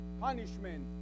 punishment